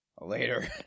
later